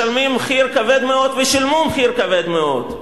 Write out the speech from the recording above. משלמים מחיר כבד מאוד ושילמו מחיר כבד מאוד.